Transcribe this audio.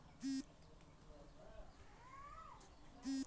हर एक बितु निवेशकक पूंजीर लागत स जोर देखाला जा छेक